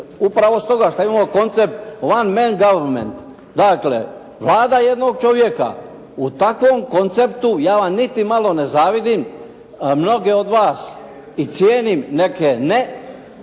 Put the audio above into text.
upravo stoga što imamo koncept one man goverment, dakle, Vlada jednog čovjeka. U takvom konceptu ja vam niti malo ne zavidim, mnoge od vas, i cijenim, neke ne,